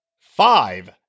five